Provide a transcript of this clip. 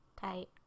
Tight